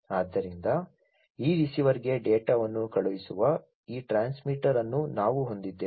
ಆದ್ದರಿಂದ ಈ ರಿಸೀವರ್ಗೆ ಡೇಟಾವನ್ನು ಕಳುಹಿಸುವ ಈ ಟ್ರಾನ್ಸ್ಮಿಟರ್ ಅನ್ನು ನಾವು ಹೊಂದಿದ್ದೇವೆ